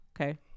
okay